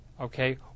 okay